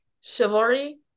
Chivalry